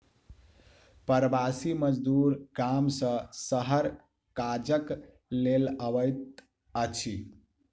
प्रवासी मजदूर गाम सॅ शहर काजक लेल अबैत अछि